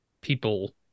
people